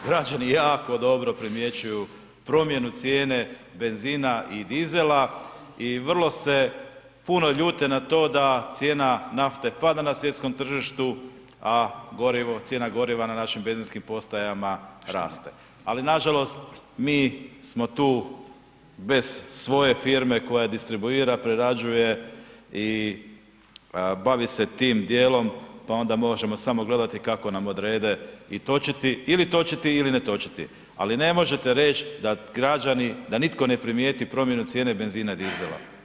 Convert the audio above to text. Građani jako dobro primjećuju promjenu cijene benzina i dizela i vrlo se puno ljute na to da cijena nafte pada na svjetskom tržištu a cijena goriva na našim benzinskim postajama raste, ali nažalost mi smo tu bez svoje firme koja distribuira, prerađuje i bavi se tim dijelom pa onda možemo samo gledati kako nam odrede i točiti ili točiti ili ne točiti ali ne možete reć da građani, da nitko ne primijeti promjenu cijene benzina i dizela.